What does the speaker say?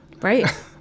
right